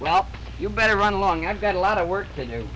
well you better run along i've got a lot of work to do